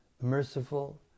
merciful